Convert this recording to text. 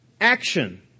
Action